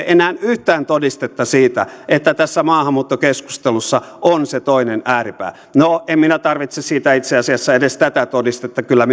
enää yhtään todistetta siitä että tässä maahanmuuttokeskustelussa on se toinen ääripää no en minä tarvitse siitä itse asiassa edes tätä todistetta kyllä